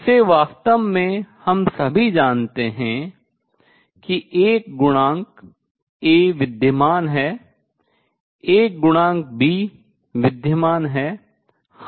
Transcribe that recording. इसमें वास्तव में हम सभी जानते हैं कि एक गुणांक A विद्यमान है एक गुणांक B विद्यमान है